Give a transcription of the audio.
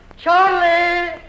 Charlie